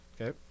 Okay